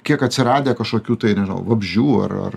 kiek atsiradę kažkokių tai nežinau vabzdžių ar ar